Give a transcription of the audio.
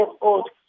old